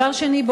דבר שני,